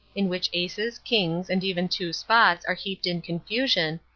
in which aces, kings, and even two spots are heaped in confusion,